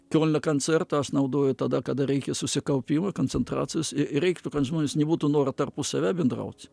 kiolno koncertą aš naudoju tada kada reikia susikaupimo koncentracijos ir reiktų kad žmonės nebūtų noro tarpusavyje bendraut